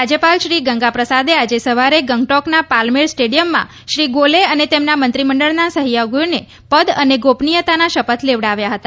રાજ્યપાલ શ્રીગંગા પ્રસાદ આજે સવારે દસ ગંગટોકના પાલમેર સ્ટેડિયમમાં શ્રી ગોલે અને તેમના મંત્રીમંડળના સહયોગીઓને પદ અને ગોપનીયતાના શપથ લેવડાવ્યા હતા